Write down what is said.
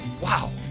Wow